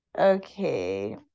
okay